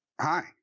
Hi